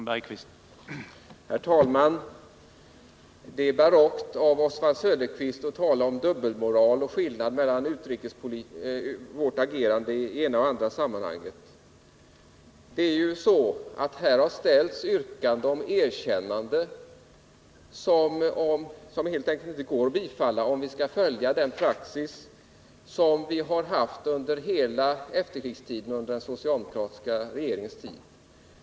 Herr talman! Det är barockt av Oswald Söderqvist att tala om dubbelmoral och säga att det är skillnad mellan vårt agerande i det ena och i det andra sammanhanget. Här har ställts ett yrkande om erkännande som helt enkelt inte går att bifalla, om vi skall följa den praxis som vi har haft under hela efterkrigstiden under den socialdemokratiska regeringens tid.